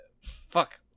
fuck